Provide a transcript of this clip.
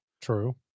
True